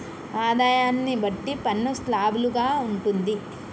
ఆదాయాన్ని బట్టి పన్ను స్లాబులు గా ఉంటుంది